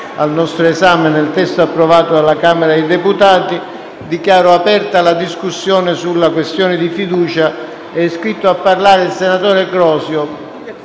al nostro esame, nel testo approvato dalla Camera dei deputati. Dichiaro aperta la discussione sulla questione di fiducia. È iscritto a parlare il senatore Crosio.